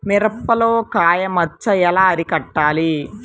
మిరపలో కాయ మచ్చ ఎలా అరికట్టాలి?